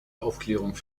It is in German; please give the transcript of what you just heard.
aufklärung